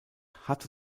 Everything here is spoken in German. hatte